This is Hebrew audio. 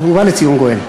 ובא לציון גואל.